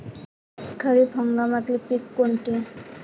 खरीप हंगामातले पिकं कोनते?